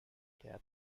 der